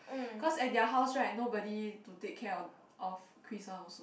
cause at their house right nobody to take care of of Chris one also